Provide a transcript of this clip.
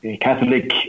Catholic